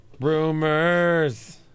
Rumors